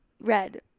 red